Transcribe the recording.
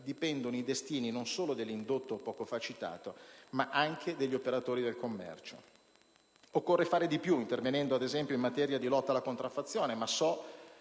dipendono i destini non solo dell'indotto poco fa citato, ma anche degli operatori del commercio. Occorre fare di più intervenendo ad esempio in materia di lotta alla contraffazione, ma so